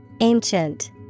Ancient